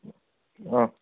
অঁ